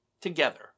together